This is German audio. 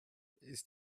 ist